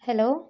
hello